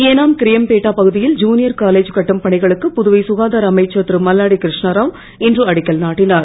ஏஞம் கிரியம்பேட்டா பகுதியில் junior college கட்டும் பணிகளுக்கு புதுவை சுகாதார அமைச்சர் திருமல்லாடி கிருஷ்ணாராவ் இன்று அடிக்கல் நாட்டினுர்